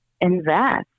invest